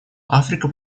африка